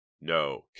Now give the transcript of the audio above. No